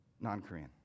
non-Korean